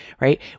right